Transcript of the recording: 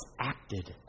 acted